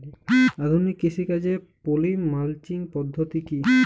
আধুনিক কৃষিকাজে poly mulching পদ্ধতি কি?